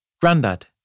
Grandad